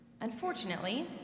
Unfortunately